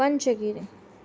Panchgiri